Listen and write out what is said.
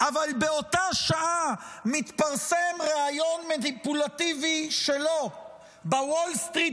אבל באותה שעה מתפרסם ריאיון מניפולטיבי שלו בוול סטריט